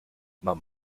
man